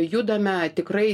judame tikrai